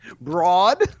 Broad